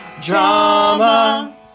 drama